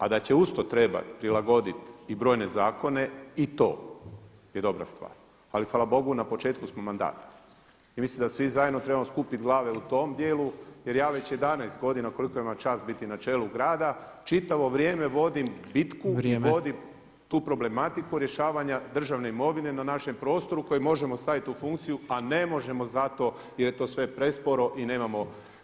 A da će uz to trebati prilagoditi i brojne zakone i to je dobra stvar, ali hvala Bogu na početku smo mandata i mislim da svi zajedno trebamo skupiti glave u tom dijelu jer ja već 11 godina koliko imam čast biti na čelu grada čitavo vrijeme vodim bitku i vodim tu problematiku rješavanja državne imovine na našem prostoru koji možemo staviti u funkciju a ne možemo zato jer je to sve presporo i nemamo taj registar imovine.